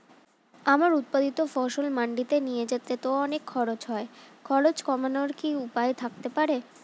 আমার উৎপাদিত ফসল মান্ডিতে নিয়ে যেতে তো অনেক খরচ হয় খরচ কমানোর কি উপায় থাকতে পারে?